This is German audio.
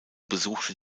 besuchte